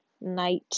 night